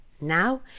Now